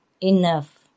enough